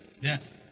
Yes